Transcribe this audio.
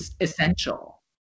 Essential